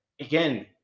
again